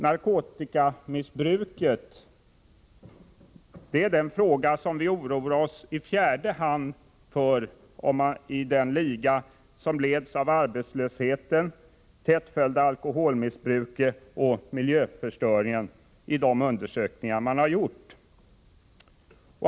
Narkotikamissbruket är den fråga som vi oroar oss för i fjärde hand i den liga som leds av arbetslösheten, tätt följd av alkoholmissbruket och miljöförstöringen, enligt de undersökningar som gjorts.